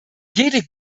jede